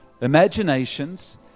imaginations